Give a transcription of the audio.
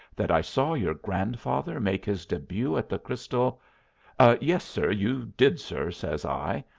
that i saw your grandfather make his debut at the crystal yes, sir, you did, sir, says i,